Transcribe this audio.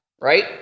right